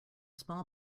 small